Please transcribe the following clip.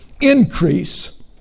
increase